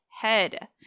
head